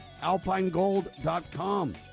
alpinegold.com